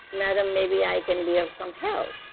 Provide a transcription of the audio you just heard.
madam, maybe i can be of some help.